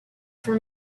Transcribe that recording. for